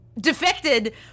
defected